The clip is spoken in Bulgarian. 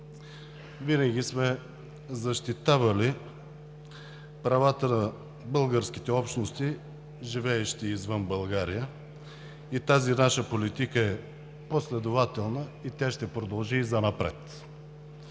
винаги сме защитавали правата на българските общности, живеещи извън България, тази наша политика е последователна и тя ще продължи и занапред.